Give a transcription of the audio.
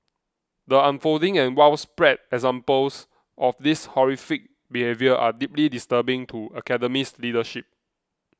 the unfolding and widespread examples of this horrific behaviour are deeply disturbing to Academy's leadership